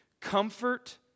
comfort